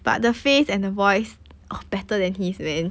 but the face and the voice oh better than his man